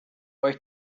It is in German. euch